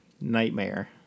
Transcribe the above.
Nightmare